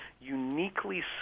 uniquely